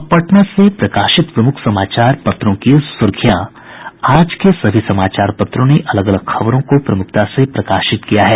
अब पटना से प्रकाशित प्रमुख समाचार पत्रों की सुर्खियां आज के सभी समाचार पत्रों ने अलग अलग खबरों को प्रमुखता से प्रकाशित किया है